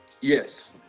Yes